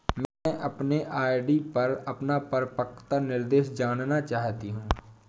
मैं अपने आर.डी पर अपना परिपक्वता निर्देश जानना चाहती हूँ